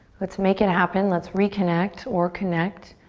let's make it happen, let's reconnect or connect